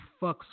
fucks